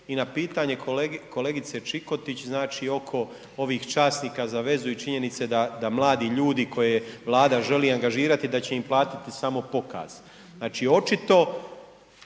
I na pitanje kolegice Čikotić znači, oko ovih časnika za vezu i činjenice da mladi ljudi koje Vlada želi angažirati da će im platiti samo pokaz. Znači, očito